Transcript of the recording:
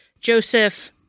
Joseph